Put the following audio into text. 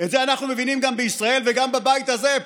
את זה אנחנו מבינים גם בישראל וגם בבית הזה,